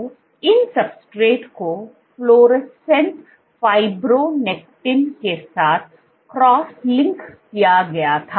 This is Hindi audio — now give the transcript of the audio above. तो इन सब्सट्रेट को फ्लोरोसेंट फाइब्रोनेक्टिन के साथ क्रॉस लिंक किया गया था